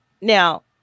now